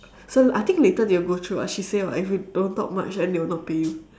so I think later they will go through what she say [what] if you don't talk much then they will not pay you